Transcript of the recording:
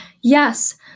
yes